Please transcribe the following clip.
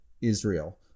Israel